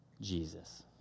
Jesus